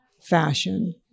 fashion